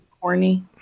Corny